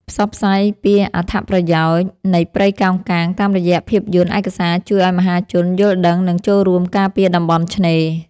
ផ្សព្វផ្សាយពីអត្ថប្រយោជន៍នៃព្រៃកោងកាងតាមរយៈភាពយន្តឯកសារជួយឱ្យមហាជនយល់ដឹង និង ចូលរួមការពារតំបន់ឆ្នេរ។